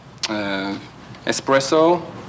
espresso